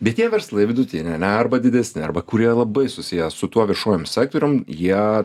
bet tie verslai vidutiniai ane arba didesni arba kurie labai susiję su tuo viešuojum sektorium jie